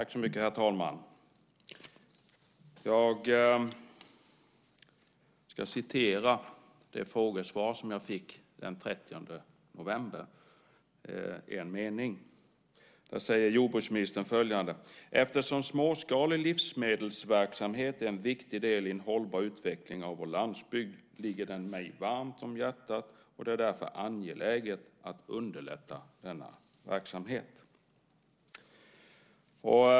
Herr talman! Jag ska citera en mening i det frågesvar som jag fick den 30 november. Där säger jordbruksministern följande: "Eftersom småskalig livsmedelsverksamhet är en viktig del i en hållbar utveckling av vår landsbygd ligger den mig varmt om hjärtat och det är därför angeläget att underlätta denna verksamhet."